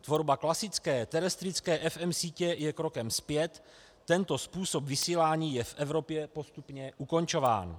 Tvorba klasické terestrické FM sítě je krokem zpět, tento způsob vysílání je v Evropě postupně ukončován.